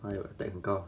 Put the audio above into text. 还有 attack 很高